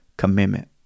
Commitment